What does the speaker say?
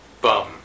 Bum